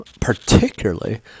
particularly